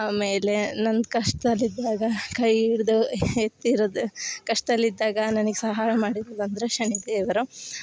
ಆಮೇಲೆ ನಾನ್ ಕಷ್ಟದಲ್ಲಿದ್ದಾಗ ಕೈ ಹಿಡ್ದು ಎತ್ತಿರೋದು ಕಷ್ಟದಲ್ಲಿದ್ದಾಗ ನನಗ್ ಸಹಾಯ ಮಾಡಿದ್ದು ಬಂದರೆ ಶನಿ ದೇವರು